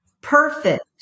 Perfect